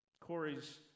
Corey's